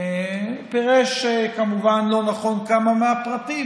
פירש כמובן לא נכון כמה מהפרטים,